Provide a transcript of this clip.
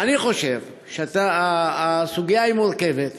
אני חושב שהסוגיה היא מורכבת.